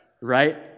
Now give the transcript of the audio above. right